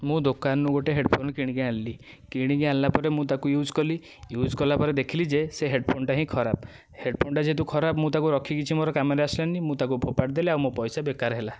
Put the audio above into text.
ମୁଁ ଦୋକାନରୁ ଗୋଟେ ହେଡ଼ ଫୋନ କିଣିକି ଆଣିଲି କିଣିକି ଆଣିଲା ପରେ ମୁଁ ତାକୁ ୟୁଜ କଲି ୟୁଜ କଲା ପରେ ଦେଖିଲି ଯେ ସେ ହେଡ଼ ଫୋନଟା ହିଁ ଖରାପ ହେଡ଼ ଫୋନଟା ଯେହେତୁ ଖରାପ ମୁଁ ତାକୁ ରଖିକି କିଛି ମୋର କାମରେ ଆସିଲାନି ମୁଁ ତାକୁ ଫୋପାଡ଼ି ଦେଲି ଆଉ ମୋ ପଇସା ବେକାର ହେଲା